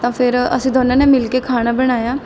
ਤਾਂ ਫਿਰ ਅਸੀਂ ਦੋਨਾਂ ਨੇ ਮਿਲ ਕੇ ਖਾਣਾ ਬਣਾਇਆ